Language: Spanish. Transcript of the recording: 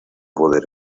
poder